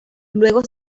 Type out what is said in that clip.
luego